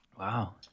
Wow